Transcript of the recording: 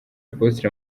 apotre